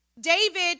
David